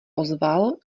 ozval